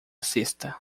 cesta